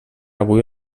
avui